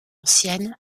ancienne